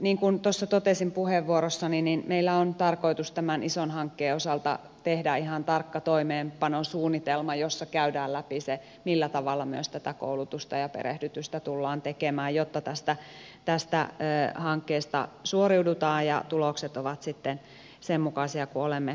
niin kuin tuossa totesin puheenvuorossani meillä on tarkoitus tämän ison hankkeen osalta tehdä ihan tarkka toimeenpanosuunnitelma jossa käydään läpi se millä tavalla myös tätä koulutusta ja perehdytystä tullaan tekemään jotta tästä hankkeesta suoriudutaan ja tulokset ovat sitten sen mukaisia kuin olemme toivoneet